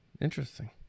Interesting